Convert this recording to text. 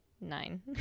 Nine